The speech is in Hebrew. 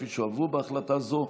כפי שהועברו בהחלטה זו,